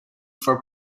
for